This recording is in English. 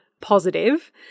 positive